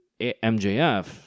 MJF